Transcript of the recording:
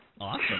Awesome